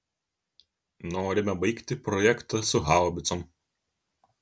norime baigti projektą su haubicom